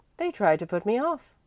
they try to put me off.